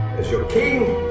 as your king,